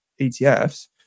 ETFs